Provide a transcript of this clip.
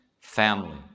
family